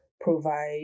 provide